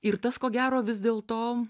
ir tas ko gero vis dėlto